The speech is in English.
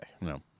No